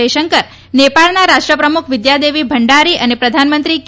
જયશંકર નેપાળના રાષ્ટ્રપ્રમુખ બીદ્યાદેવી ભંડારી અને પ્રધાનમંત્રી કે